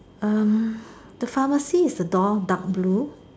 um the pharmacy is the door dark blue